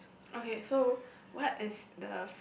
okay so what is the